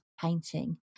painting